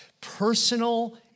personal